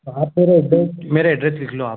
आप मेरा एड्रेस मेरा एड्रेस लिख लो आप